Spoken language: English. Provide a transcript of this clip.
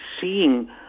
seeing